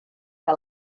que